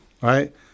right